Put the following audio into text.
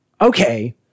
okay